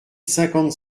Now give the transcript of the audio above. cinquante